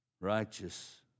righteous